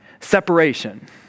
Separation